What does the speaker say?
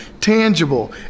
tangible